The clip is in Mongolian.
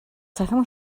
цахим